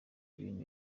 ibintu